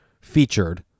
featured